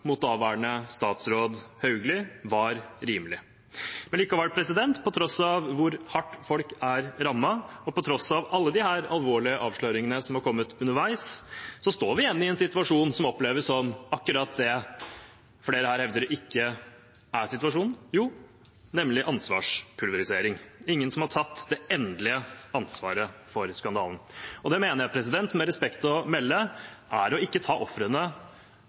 mot daværende statsråd Hauglie var rimelig. Men likevel, på tross av hvor hardt folk er rammet, og på tross av alle disse alvorlige avsløringene som har kommet underveis, står vi igjen i en situasjon som oppleves akkurat slik flere hevder ikke er situasjonen, nemlig ansvarspulverisering. Det er ingen som har tatt det endelige ansvaret for skandalen. Og det mener jeg, med respekt å melde, er å ikke ta ofrene